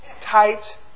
tight